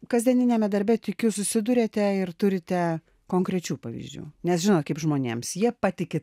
kasdieniniame darbe tikiu susiduriate ir turite konkrečių pavyzdžių nes žinot kaip žmonėms jie patiki